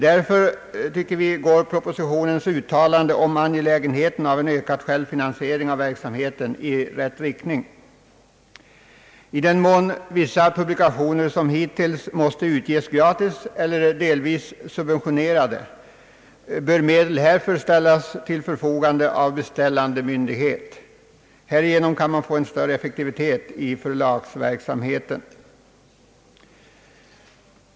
Därför — tycker vi — går propositionens uttalande om angelägenheten av en ökad självfinansiering av verksamheten i rätt riktning. I den mån vissa publikationer — som hittills — måste utges gratis eller delvis subventionerade, bör medel härför ställas till förfogande av beställande myndighet. Härigenom kan man uppnå större effektivitet i förlagsverksamheten.